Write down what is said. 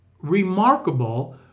remarkable